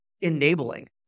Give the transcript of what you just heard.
enabling